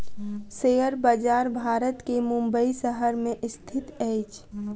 share बजार भारत के मुंबई शहर में स्थित अछि